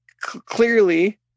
clearly